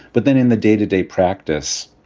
but then in the day to day practice,